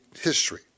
history